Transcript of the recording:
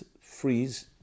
freeze